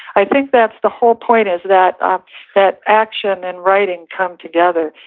i think that's the whole point is that ah that action and writing come together.